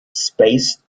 spaced